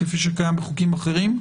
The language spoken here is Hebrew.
כפי שקיים בחוקים אחרים,